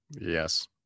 Yes